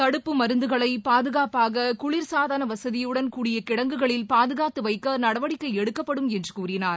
தடுப்பு மருந்துகளை பாதுகாப்பாக குளிர்சாதன வசதியுடன் கூடிய கிடங்குகளில் பாதுகாத்து வைக்க நடவடிக்கை எடுக்கப்படும் என்று கூறினார்